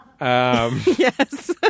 Yes